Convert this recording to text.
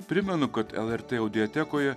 primenu kad el er tė audiotekoje